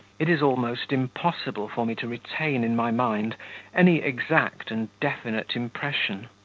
it is almost impossible for me to retain in my mind any exact and definite impression,